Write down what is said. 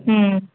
ಹ್ಞೂ